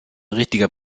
richtiger